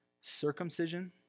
circumcision